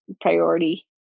priority